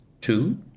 Two